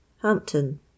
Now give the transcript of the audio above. Hampton